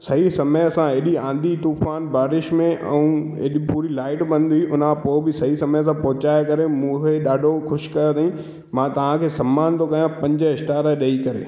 सही समय सां एॾी आंधीअ तुफ़ान बारिश में ऐं एॾी पूरी लाइट बंदि हुई उन खां पोइ बि सही समय सां पहुचाए करे मूंखे ॾाढो ख़ुशि कयो अथईं मां तव्हांखे समानु थो कयां पंज स्टार ॾेई करे